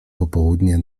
popołudnie